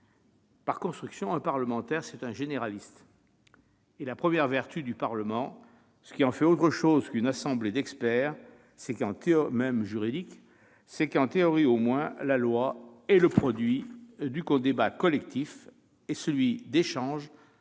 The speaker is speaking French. Par construction, un parlementaire est un généraliste ; la première vertu du Parlement, ce qui en fait autre chose qu'une assemblée d'experts, même juridiques, est qu'en théorie du moins la loi est le produit du débat collectif, et non d'échanges entre